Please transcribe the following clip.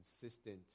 consistent